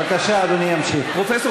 בבקשה, אדוני ימשיך.